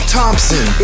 Thompson